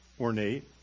ornate